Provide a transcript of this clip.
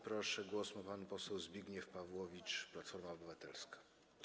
Proszę, głos ma pan poseł Zbigniew Pawłowicz, Platforma Obywatelska.